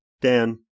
Dan